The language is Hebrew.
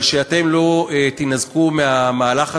אבל שאתם לא תינזקו מהמהלך הזה.